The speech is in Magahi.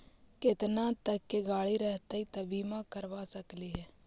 केतना तक के गाड़ी रहतै त बिमा करबा सकली हे?